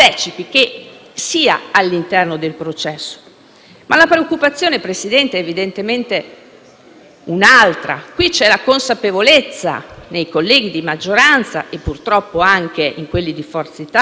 un'altra. Qui c'è la consapevolezza nei colleghi di maggioranza e purtroppo anche in quelli di Forza Italia e di altre forze politiche, che si affiancano alla Lega e al MoVimento 5 Stelle, che se